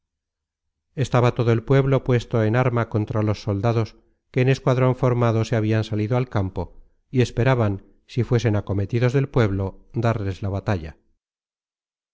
estaba todo el pueblo puesto en arma contra los soldados que en escuadron formado se habian salido al campo y esperaban si fuesen acometidos del pueblo darles la batalla